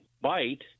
bite